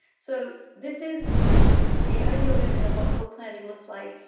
so this is the ideal vision of what co-planning looks like,